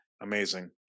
Amazing